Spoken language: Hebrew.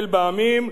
ואין בה ממש,